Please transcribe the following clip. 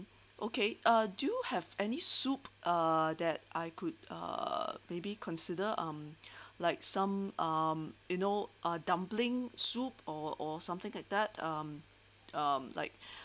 okay uh do have any soup uh that I could uh maybe consider um like some um you know a dumpling soup or or something like that um um like